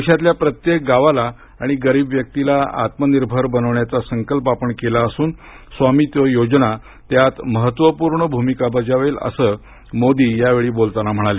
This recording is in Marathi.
देशातल्या प्रत्येक गावाला आणि गरीब व्यक्तीला आत्मनिर्भर बनवण्याचा आपण संकल्प केला असून स्वामित्व योजना यात महखपूर्ण भूमिका बजावेल असं मोदी यावेळी बोलताना म्हणाले